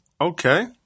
Okay